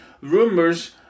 rumors